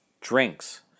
drinks